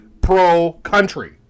pro-country